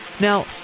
Now